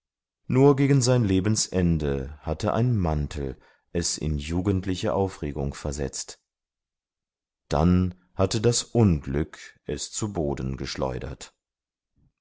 nur gegen sein lebensende hatte ein mantel es in jugendliche aufregung versetzt dann hatte das unglück es zu boden geschleudert